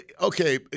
okay